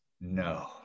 no